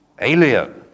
alien